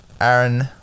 Aaron